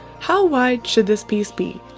how wide should this piece be?